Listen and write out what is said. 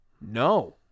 No